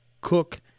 cook